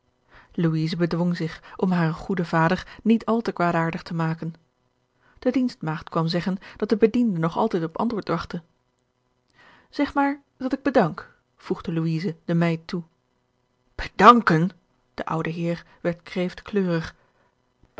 bedwong zich om haren goeden vader niet al te kwaadaardig te maken de dienstmaagd kwam zeggen dat de bediende nog altijd op antwoord wachtte zeg maar dat ik bedank voegde louise de meid toe bedanken de oude heer werd kreeftkleurig